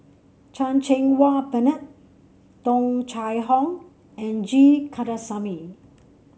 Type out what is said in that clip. Chan Cheng Wah Bernard Tung Chye Hong and G Kandasamy